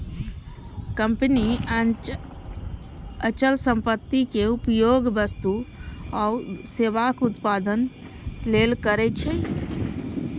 company अचल संपत्तिक उपयोग वस्तु आ सेवाक उत्पादन लेल करै छै